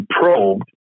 probed